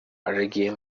அழகிய